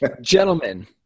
gentlemen